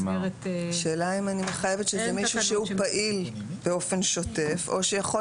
השאלה אם אני מחייבת מישהו שהוא פעיל באופן שוטף או שיכול